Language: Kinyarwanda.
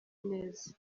neza